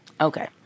Okay